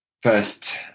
first